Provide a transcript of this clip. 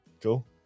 cool